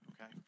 Okay